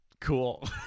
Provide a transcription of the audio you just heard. Cool